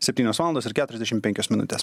septynios valandos ir keturiasdešim penkios minutės